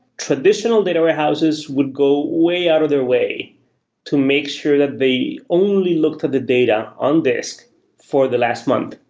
traditional data warehouses would go way out of their way to make sure that they only look to the data on disk for the last month.